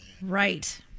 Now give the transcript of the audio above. Right